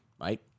right